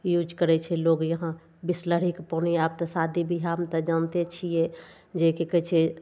use करय छै लोग यहाँ बिसलेरीके पानि तऽ शादी बियाहमे तऽ जानते छियै जे की कहय छै